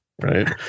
Right